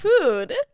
food